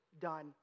done